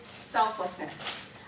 selflessness